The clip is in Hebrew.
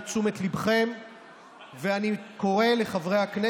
מטופלים רבים מטורטרים ומוותרים על זכויותיהם.